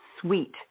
sweet